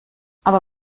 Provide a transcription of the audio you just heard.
aber